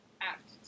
Act